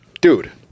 dude